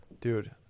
Dude